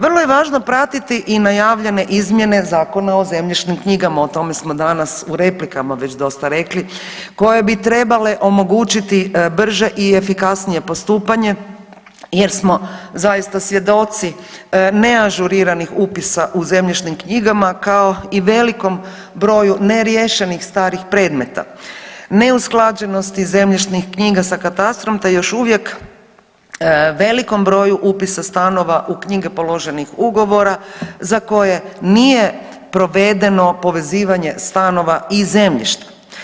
Vrlo je važno pratiti i najavljene izmjene Zakona o zemljišnim knjigama, o tome smo danas u replikama već dosta rekli, koje bi trebale omogućiti brže i efikasnije postupanje jer smo zaista svjedoci neažuriranih upisa u zemljišnim knjigama, kao i velikom broju neriješenih starih predmeta, neusklađenosti zemljišnih knjiga sa katastrom, te još uvijek velikom broju upisa stanova u knjige položenih ugovora za koje nije provedeno povezivanje stanova i zemljišta.